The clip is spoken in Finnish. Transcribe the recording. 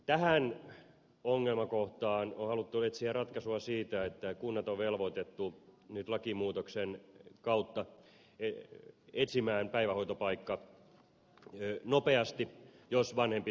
tähän ongelmakohtaan on haluttu etsiä ratkaisua siitä että kunnat on velvoitettu nyt lakimuutoksen kautta etsimään päivähoitopaikan nopeasti jos vanhempi sitä tarvitsee